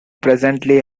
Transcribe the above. presently